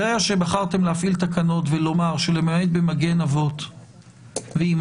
ברגע שבחרתם להפעיל תקנות ולומר שלמעט ב"מגן אבות ואימהות"